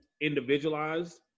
individualized